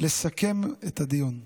לסכם את הדיון.